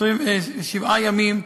שבעה ימים,